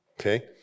okay